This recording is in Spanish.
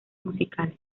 musicales